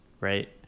right